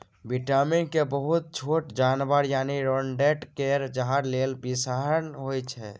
vitamin के बहुत छोट जानबर यानी रोडेंट केर जहर लेल बिषहरण होइ छै